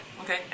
Okay